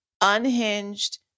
unhinged